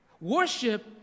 Worship